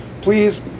please